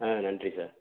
ஆ நன்றி சார்